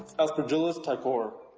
iaspergillus ticor.